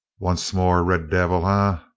once more, red devil, ah?